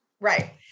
right